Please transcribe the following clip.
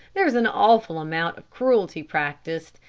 there's an awful amount of cruelty practised,